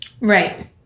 right